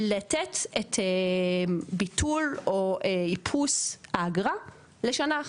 לתת את ביטול, או איפוס האגרה לשנה אחת.